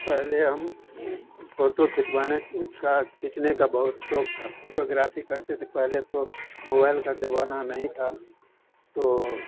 पहले हम फोटो खिंचवाने का खींचने का बहुत शौक था फोटोग्राफी करते थे पहले तो मोबाइल का ज़माना नहीं था तो